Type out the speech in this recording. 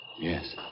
Yes